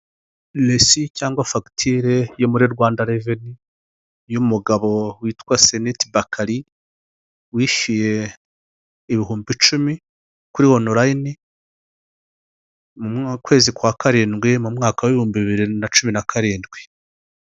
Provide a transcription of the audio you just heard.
Resi cyangwa fagitire yo muri Rwanda Reveni y'umugabo witwa Seneti Bakari wishyuye ibihumbi cumi, kuri onulayini mu kwezi kwa karindwi mu mwaka w'ibihumbi bibiri na cumi na karindwi.